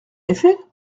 effet